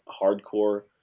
hardcore